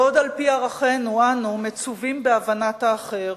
בעוד על-פי ערכינו אנו מצווים בהבנת האחר